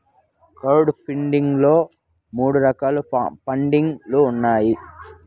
crowd funding లో మూడు రకాల పండింగ్ లు ఉన్నాయి